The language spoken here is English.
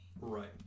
Right